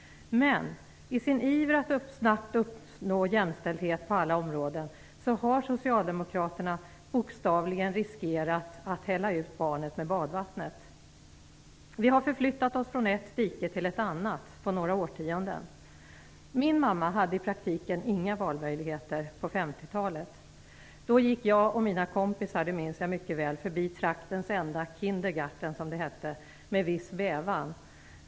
Men i sin iver att snabbt uppnå jämställdhet på alla områden har Socialdemokraterna bokstavligen riskerat att hälla ut barnet med badvattnet. Vi har förflyttat oss från ett dike till ett annat på några årtionden. Min mamma hade i praktiken inga valmöjligheter på 50-talet. Då gick jag och mina kompisar, det minns jag mycket väl, förbi traktens enda kindergarten, som det hette, med viss bävan.